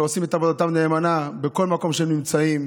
שעושים את עבודתם נאמנה בכל מקום שהם נמצאים,